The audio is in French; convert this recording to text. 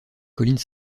colline